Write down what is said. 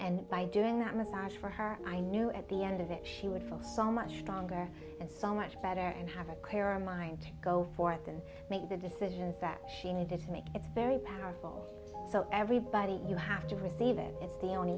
and by doing that massage for her i knew at the end of it she would feel so much stronger and so much better and have a clearer mind go forth and make the decisions that she needed to make it's very powerful so everybody you have to receive it it's the only